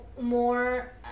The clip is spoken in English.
more